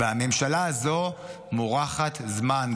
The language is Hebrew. והממשלה הזו מורחת זמן,